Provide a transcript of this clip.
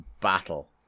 battle